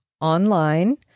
online